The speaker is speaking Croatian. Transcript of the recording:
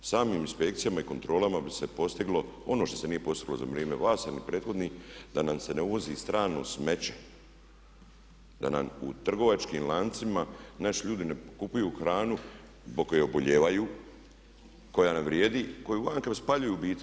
Samim inspekcijama i kontrolama bi se postiglo ono što se nije postiglo za vrijeme vas ili prethodnih da nam se ne uvozi strano smeće, da nam u trgovačkim lancima naši ljudi ne kupuju hranu zbog koje obolijevaju, koja ne vrijedi, koju vanka spaljuju ubiti.